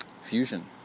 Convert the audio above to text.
...fusion